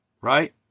Right